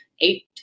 eight